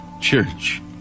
Church